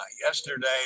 Yesterday